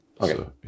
Okay